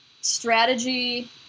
strategy